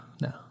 no